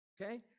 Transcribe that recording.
okay